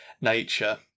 nature